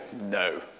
no